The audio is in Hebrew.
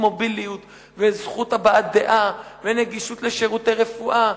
מוביליות וזכות הבעת דעה ונגישות לשירותי רפואה,